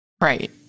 Right